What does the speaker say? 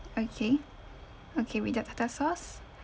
okay okay without tartar sauce